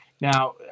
Now